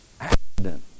accident